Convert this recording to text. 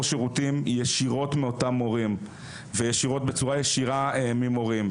שירותים ישירות מאותם מורים ואולי אפילו בחשבונית,